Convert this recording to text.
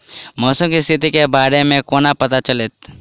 मौसम केँ स्थिति केँ बारे मे कोना पत्ता चलितै?